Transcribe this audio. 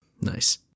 Nice